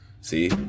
See